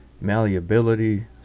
malleability